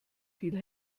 viel